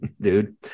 dude